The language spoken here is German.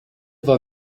war